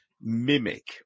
mimic